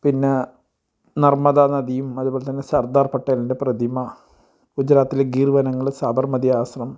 പിന്നെ നർമ്മദാ നദിയും അതുപോലെ തന്നെ സർദാർ പട്ടേലിൻ്റെ പ്രതിമ ഗുജറാത്തിൽ ഗിർവനങ്ങൾ സബർമതി ആശ്രമം